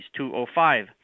$205